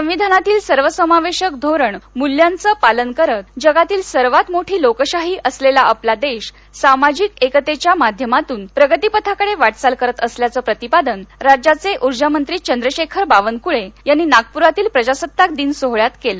संविधानातील सर्वसमावेशक धोरण मूल्यांचं पालन करत जगातील सर्वात मोठी लोकशाही असलेला आपला देश सामाजिक एकतेच्या माध्यमातून प्रगतीपथाकडे वाटचाल करत असल्याचं प्रतिपादन राज्याचे ऊर्जामंत्री चंद्रशेखर बावनक्ळे यांनी नागप्रातील प्रजासत्ताकदिन सोहळ्यात केलं